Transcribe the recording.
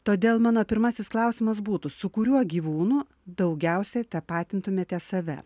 todėl mano pirmasis klausimas būtų su kuriuo gyvūnu daugiausiai tapatintumėte save